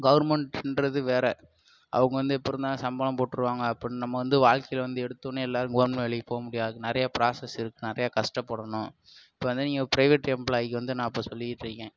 கவர்மெண்ட்டுன்றது வேற அவங்க வந்து எப்படினா சம்பளம் போட்டுருவாங்க அப்புடின்னு நம்ம வந்து வாழ்க்கையில் வந்து எடுத்தோடனயே எல்லோரும் வந்து கவுர்மண்ட் வேலைக்கு போக முடியாது நிறையா ப்ராசஸ் இருக்கும் நிறையா கஷ்டப்படணும் இப்போ வந்து நீங்கள் பிரைவேட் எம்ப்ளாயிக்கு வந்து நான் இப்போ சொல்லிகிட்டுருக்கேன்